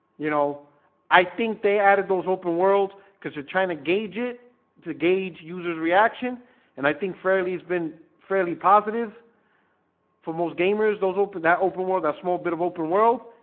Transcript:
you know i think they added those open worlds because they're trying to gauge it to gauge users reaction and i think fairly it's been fairly positive for most gamers those open that open world that small bit of open world.